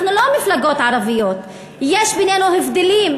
אנחנו לא "מפלגות ערביות", יש בינינו הבדלים.